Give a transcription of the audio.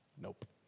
Nope